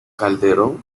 calderón